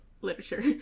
literature